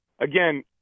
Again